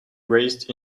raced